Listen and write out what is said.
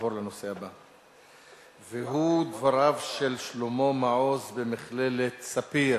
הוא אומר שהוא,